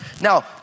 Now